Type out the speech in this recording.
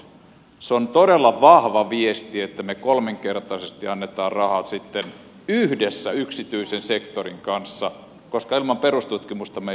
se on todella vahva viesti että me kolminkertaisesti annamme rahaa sitten yhdessä yksityisen sektorin kanssa koska ilman perustutkimusta me emme pärjäisi